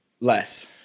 Less